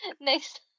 next